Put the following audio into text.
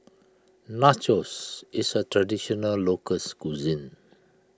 Nachos is a Traditional Local Cuisine